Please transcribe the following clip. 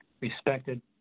respected